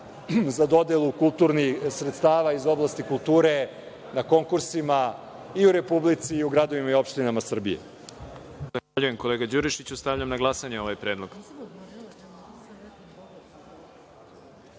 za dodelu kulturnih sredstava iz oblasti kulture na konkursima i u Republici i u gradovima i opštinama Srbije.